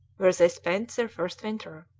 where they spent their first winter.